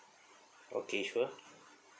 okay sure